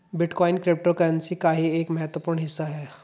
bitcoin cryptocurrency का ही एक महत्वपूर्ण हिस्सा है